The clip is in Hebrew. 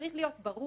צריך להיות ברור